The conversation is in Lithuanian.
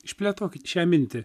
išplėtokit šią mintį